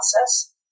process